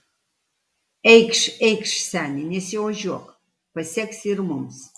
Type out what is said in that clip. eikš eikš seni nesiožiuok paseksi ir mums